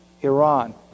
Iran